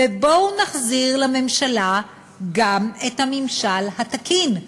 ובואו נחזיר לממשלה גם את הממשל התקין,